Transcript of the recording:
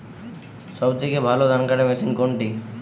সবথেকে ভালো ধানকাটা মেশিন কোনটি?